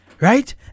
Right